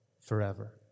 forever